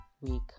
week